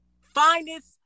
finest